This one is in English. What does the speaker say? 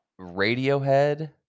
Radiohead